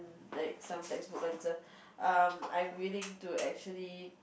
like some textbook answer um I'm willing to actually